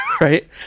Right